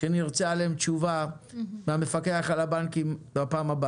ואתם המפקחים עד היום לא באתם ואמרתם אז על הכול נעבור לפרטי וזהו.